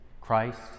Christ